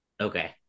Okay